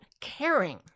caring